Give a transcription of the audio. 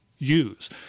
use